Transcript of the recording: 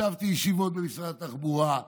ישבתי בישיבות במשרד התחבורה,